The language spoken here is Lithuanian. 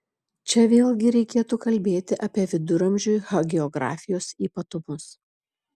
čia vėlgi reikėtų kalbėti apie viduramžių hagiografijos ypatumus